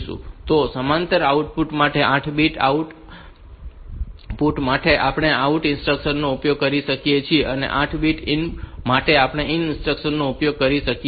તો સમાંતર આઉટપુટ માટે 8 બીટ આઉટપુટ માટે આપણે આઉટ ઇન્સ્ટ્રક્શન્સ નો ઉપયોગ કરી શકીએ છીએ અને 8 બીટ ઇનપુટ માટે આપણે ઈન ઇન્સ્ટ્રક્શન્સ નો ઉપયોગ કરી શકીએ છીએ